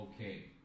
okay